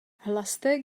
hlaste